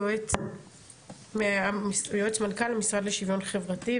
יועץ המנכ"ל לשוויון חברתי,